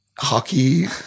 hockey